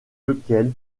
lequel